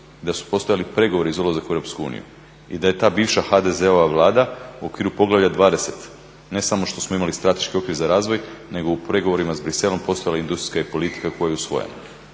da su postojali pregovori za ulazak u EU i da je ta bivše HDZ-ova Vlada u okviru Poglavlja 20. ne samo što smo imali strateški okvir za razvoj, nego u pregovorima sa Bruxellesom postojala i industrijska politika koja je usvojena.